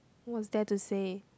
what's there to say